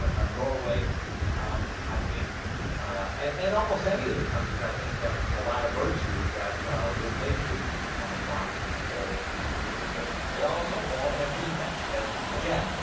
ah ah norway um i think and almost any of the countries i think have a lot of virtues. that would make me want to be treated there they also all have defects and again,